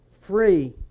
free